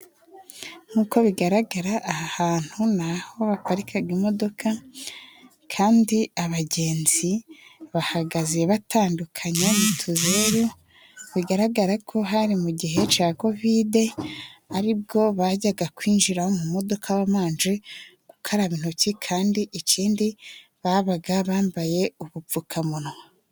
Nk'uko bigaragara aha hantu ni aho baparikaga imodoka, kandi abagenzi bahagaze batandukanye mu tuzeru, bigaragara ko hari mu gihe ca kovide aribwo bajyaga kwinjira mu modoka babanje gukaraba intoki, kandi ikindi babaga bambaye ubupfukamunwa.